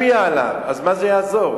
בממוצע, לפי הסטטיסטיקה.